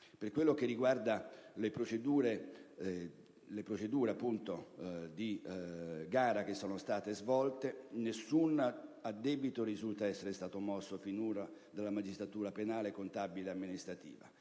Per quanto riguarda le procedure di gara che sono state svolte, nessun addebito risulta essere stato mosso finora dalla magistratura penale, contabile e amministrativa.